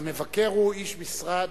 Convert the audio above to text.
המבקר הוא איש משרד,